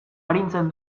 arintzen